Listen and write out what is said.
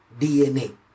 DNA